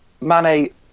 Mane